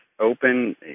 open